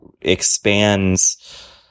expands